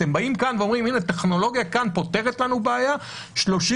אתם באים כאן ואומרים: טכנולוגיה כזאת פותרת לנו בעיה 30